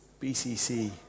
BCC